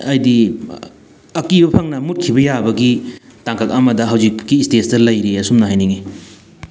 ꯍꯥꯏꯗꯤ ꯑꯀꯤꯕ ꯐꯪꯅ ꯃꯨꯠꯈꯤꯕ ꯌꯥꯕꯒꯤ ꯇꯥꯡꯀꯛ ꯑꯃꯗ ꯍꯧꯖꯤꯛꯀꯤ ꯏꯁꯇꯦꯖꯇ ꯂꯩꯔꯤ ꯑꯁꯨꯝꯅ ꯍꯥꯏꯅꯤꯡꯉꯤ